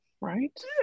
right